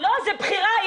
זה בחירה.